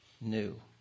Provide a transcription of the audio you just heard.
new